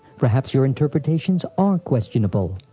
perhaps your interpretations are questionable!